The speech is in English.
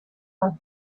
are